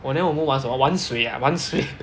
!wah! then 我们玩什么玩水啊玩水